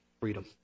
freedom